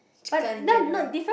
chicken in general